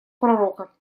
пророка